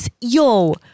yo